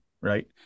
Right